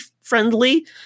friendly